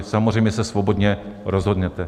Samozřejmě se svobodně rozhodněte.